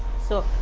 so.